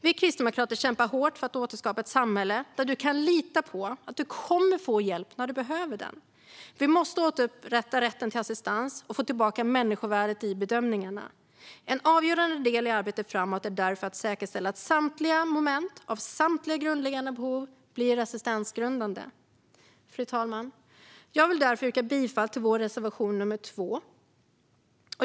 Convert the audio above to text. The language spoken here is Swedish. Vi kristdemokrater kämpar hårt för att återskapa ett samhälle där du kan lita på att du kommer att få hjälp när du behöver den. Vi måste återupprätta rätten till assistans och få tillbaka människovärdet i bedömningarna. En avgörande del i arbetet framåt är därför att säkerställa att samtliga moment för att tillgodose samtliga grundläggande behov blir assistansgrundande. Fru talman! Jag yrkar därför bifall till vår reservation nr 2.